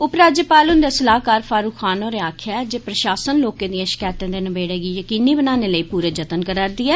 उपराज्यपाल हुन्दे सलाहकार फारुक खान होरें आक्खेया जे प्रशासन लोकें दियें शकैतें ते नबेड़ें गी यकीनी बनाने लेई पूरे जतन करा रदी ऐ